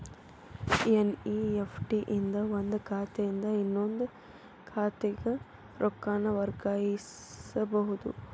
NEFT ಇಂದ ಒಂದ್ ಖಾತೆಯಿಂದ ಇನ್ನೊಂದ್ ಖಾತೆಗ ರೊಕ್ಕಾನ ವರ್ಗಾಯಿಸಬೋದು